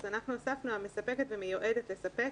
אז אנחנו הוספנו 'המספקת ומיועדת לספק'.